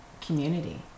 community